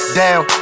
down